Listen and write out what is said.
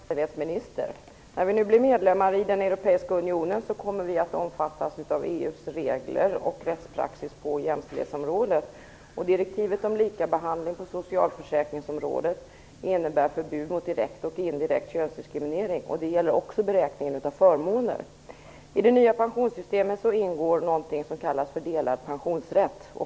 Fru talman! Jag har en fråga till vice statsministern, tillika jämställdhetsminister. När vi nu blir medlemmar i den europeiska unionen kommer vi att omfattas av EU:s regler och rättspraxis på jämställdhetsområdet. Direktiven om lika behandling på socialförsäkringsområdet innebär förbud mot direkt och indirekt könsdiskriminering. Det gäller också beräkningen av förmåner. I det nya pensionssystemet ingår något som kallas delad pensionsrätt.